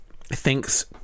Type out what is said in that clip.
Thinks